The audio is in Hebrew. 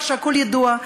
כשהכול ידוע,